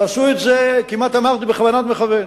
עשו את זה, כמעט אמרתי בכוונת מכוון.